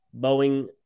Boeing